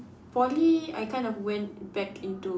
Poly I kind of went back into